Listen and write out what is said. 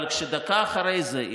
אבל כשדקה אחרי זה,